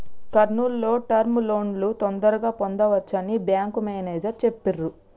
కర్నూల్ లో టర్మ్ లోన్లను తొందరగా పొందవచ్చని బ్యేంకు మేనేజరు చెప్పిర్రు